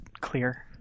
clear